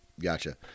Gotcha